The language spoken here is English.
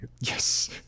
Yes